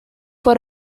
for